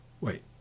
Wait